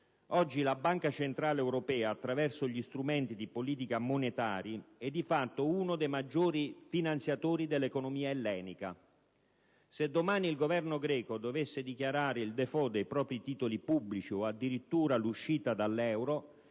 Oggi la Banca centrale europea, attraverso gli strumenti di politica monetaria, è di fatto uno dei maggiori finanziatori dell'economia ellenica. Se domani il Governo greco dovesse dichiarare il *default* dei propri titoli pubblici o addirittura l'uscita dall'euro,